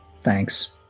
thanks